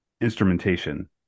instrumentation